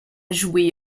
joué